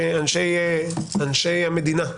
אנשי המדינה,